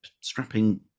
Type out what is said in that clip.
strapping